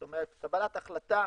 זאת אומרת קבלת החלטה,